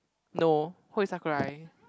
no who is Sakurai